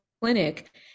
Clinic